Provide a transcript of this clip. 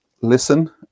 listen